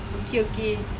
okay okay